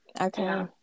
Okay